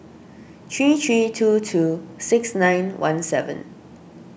three three two two six nine one seven